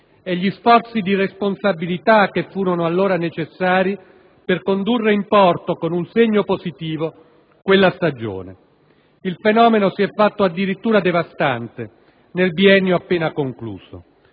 e gli sforzi di responsabilità che furono allora necessari per condurre in porto con un segno positivo quella stagione. Il fenomeno si è fatto addirittura devastante nel biennio appena concluso: